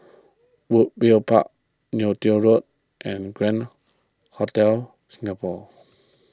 Park Neo Tiew Road and Grand Singapore